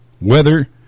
weather